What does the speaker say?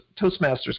Toastmasters